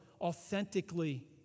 authentically